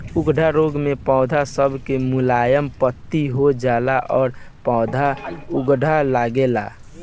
उकठा रोग मे पौध सब के मुलायम पत्ती हो जाला आ पौधा उकठे लागेला